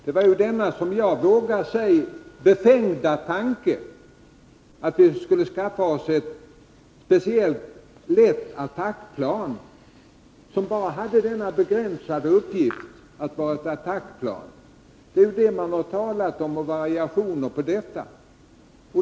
Det har handlat om den, vågar jag säga, befängda tanken att vi skulle skaffa ett speciellt lätt attackplan. Det har ju mest hela tiden handlat om varianter av detta plan.